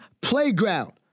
playground